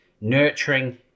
nurturing